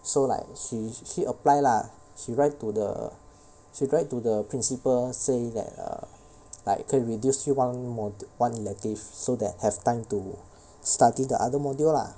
so like she she apply lah she write to the she write to the principal say that err like 可以 reduce 去 one mod~ elective so that have time to study the other module lah